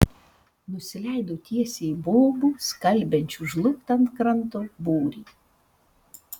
nusileido tiesiai į bobų skalbiančių žlugtą ant kranto būrį